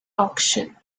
auction